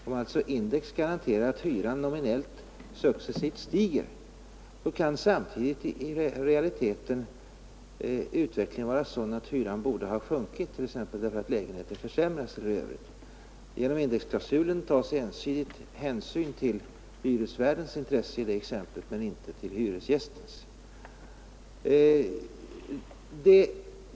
Om index garanterar att hyran nominellt successivt stiger, så kan samtidigt i realiteten utvecklingen vara sådan att hyran borde ha sjunkit därför att lägenheten försämras. Genom indexklausulen tas hänsyn till hyresvärdens intresse i det exemplet men inte till hyresgästens.